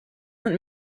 sind